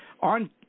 on